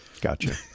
Gotcha